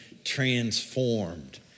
transformed